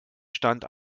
stand